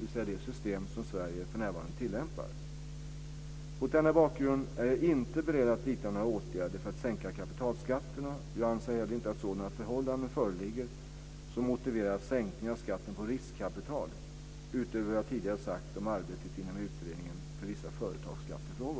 dvs. det system som Sverige för närvarande tillämpar. Mot denna bakgrund är jag inte beredd att vidta några åtgärder för att sänka kapitalskatterna, och jag anser inte heller att sådana förhållanden föreligger som motiverar sänkningar av skatten på riskkapital utöver vad jag tidigare sagt om arbetet inom utredningen för vissa företagsskattefrågor.